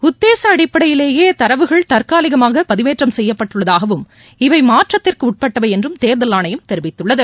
உத்தேச தற்காலிகமாக பதிவேற்றம் செய்யப்பட்டுள்ளதாகவும் இவை மாற்றத்திற்கு உட்பட்டவை என்றும் தேர்தல் ஆணையம் தெரிவித்துள்ளது